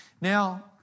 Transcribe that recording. Now